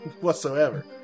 whatsoever